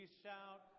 shout